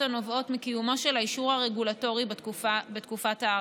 הנובעות מקיומו של האישור הרגולטורי בתקופת ההארכה.